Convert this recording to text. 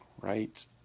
right